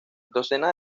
docenas